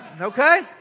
Okay